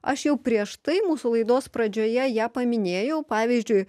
aš jau prieš tai mūsų laidos pradžioje ją paminėjau pavyzdžiui